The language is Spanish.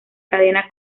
cadena